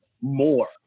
more